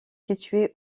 située